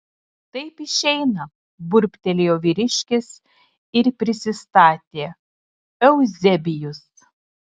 taip išeina burbtelėjo vyriškis ir prisistatė euzebijus